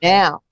now